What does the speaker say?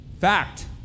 fact